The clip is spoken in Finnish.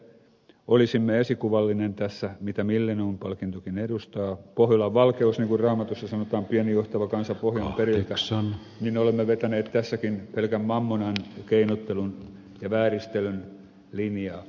sen sijaan että olisimme esikuvallinen tässä mitä millennium palkintokin edustaa pohjolan valkeus niin kuin raamatussa sanotaan pieni johtava kansa pohjan periltä niin olemme vetäneet tässäkin pelkän mammonan keinottelun ja vääristelyn linjaa